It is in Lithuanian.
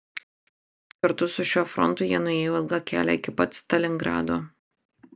kartu su šiuo frontu jie nuėjo ilgą kelią iki pat stalingrado